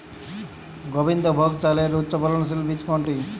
গোবিন্দভোগ চালের উচ্চফলনশীল বীজ কোনটি?